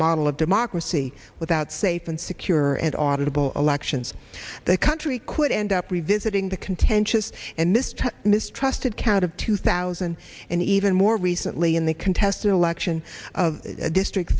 model of democracy without safe and secure and audubon elections the country could end up revisiting the contentious and mr mistrusted count of two thousand and even more recently in the contested election of district